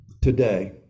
today